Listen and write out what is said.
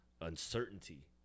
uncertainty